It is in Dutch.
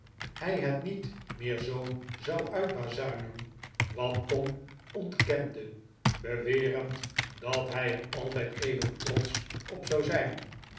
hij het niet meer zoo zou uitbazuinen wat tom ontkende bewerend dat hij er altijd even trotsch op zou zijn